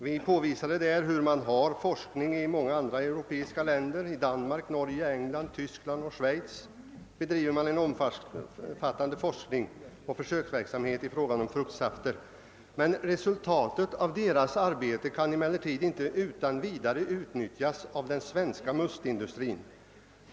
Vi påvisade i detta att man i många andra europeiska länder — i Danmark, Norge, England, Tyskland och Schweiz — bedriver en omfattande forskning och försöksverksamhet beträffande fruktsafter. Men resultatet av dessa länders forskning kunde inte utan vidare utnyttjas av den svenska mustindustrin.